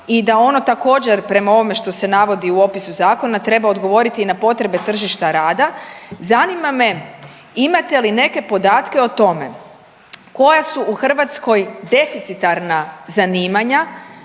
i da ono također, prema ovome što se navodi u opisu zakona, treba odgovoriti na potrebe tržišta rada, zanima me imate li neke podatke o tome koja su u Hrvatskoj deficitarna zanimanja,